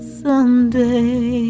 someday